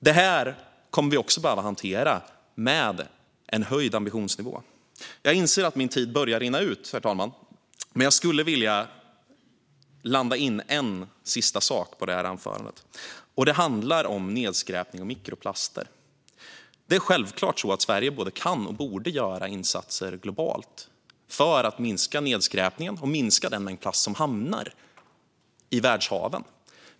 Det här kommer vi också att behöva hantera med en höjd ambitionsnivå. Min tid börjar rinna ut, herr talman, men jag skulle vilja landa in en sista sak i detta anförande. Det handlar om nedskräpning och mikroplaster. Det är självklart så att Sverige både kan och borde göra insatser globalt för att minska nedskräpningen och minska den mängd plast som hamnar i världshaven.